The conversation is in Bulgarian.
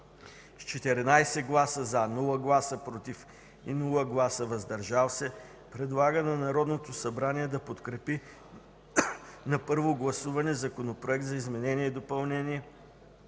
с 14 гласа „за”, без „против” и „въздържал се”, предлага на Народното събрание да подкрепи на първо гласуване Законопроект за изменение и допълнение